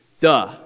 Duh